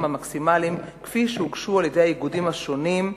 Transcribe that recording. המקסימליים כפי שהוגשו על-ידי האיגודים השונים,